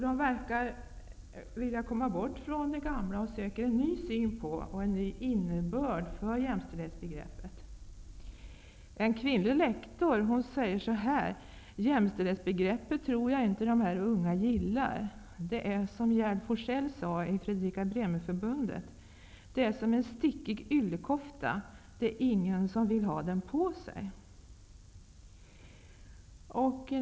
De verkar vilja komma bort från det gamla och söker en ny syn på och en ny innebörd av jämställdhetsbegreppet. En kvinnlig lektor säger: Jag tror inte att de unga gillar jämställdhetsbegreppet. Det är som Gerd Forsell sade i Fredika Bremerförbundet: Det är som en stickig yllekofta -- det är ingen som vill ha den på sig.